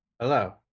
Hello